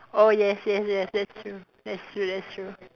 oh yes yes yes that's true that's true that's true